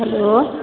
hello